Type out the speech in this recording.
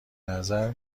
نظرم